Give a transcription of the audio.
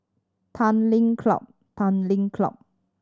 Tanglin Club Tanglin Club